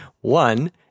One